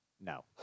No